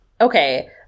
okay